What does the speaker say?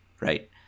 right